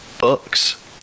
books